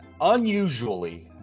unusually